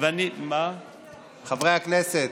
חברי הכנסת,